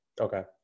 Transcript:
Okay